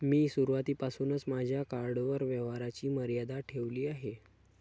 मी सुरुवातीपासूनच माझ्या कार्डवर व्यवहाराची मर्यादा ठेवली आहे